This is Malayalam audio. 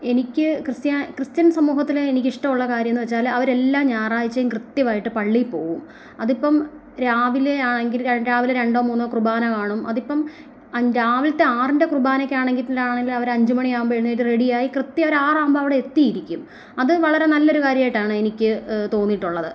എനിക്ക് ക്രിസ്ത്യ ക്രിസ്ത്യൻ സമൂഹത്തിലെ എനിക്കിഷ്ടമുള്ള കാര്യം എന്ന് വെച്ചാൽ അവരെല്ലാ ഞായറാഴ്ചയും കൃത്യമായിട്ട് പള്ളിയിൽ പോകും അതിപ്പം രാവിലെ ആണെങ്കിൽ രാവിലെ രണ്ടോ മൂന്നോ കുർബാന കാണും അതിപ്പം രാവിലത്തെ ആറിൻ്റെ കുർബാനയ്ക്കാണെങ്കിൽ അവർ അഞ്ചു മണിയാകുമ്പോൾ എഴുന്നേറ്റു റെഡിയായി കൃത്യം അവർ ആറാകുമ്പം അവിടെ എത്തിയിരിക്കും അത് വളരെ നല്ലൊരു കാര്യമായിട്ടാണ് എനിക്ക് തോന്നിയിട്ടുള്ളത്